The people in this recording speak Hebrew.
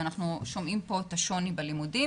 ואנחנו שומעים פה את השוני בלימודים.